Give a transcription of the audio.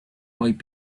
might